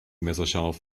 messerscharf